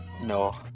No